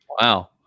Wow